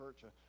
church